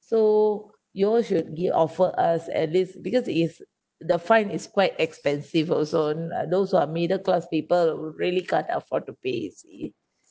so you all should give offer us at least because if the fine is quite expensive also those who are middle class people really can't afford to pay you see